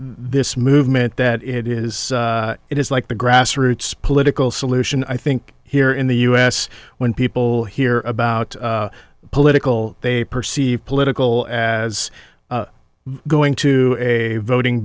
this movement that it is it is like the grassroots political solution i think here in the us when people hear about political they perceive political as going to a voting